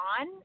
on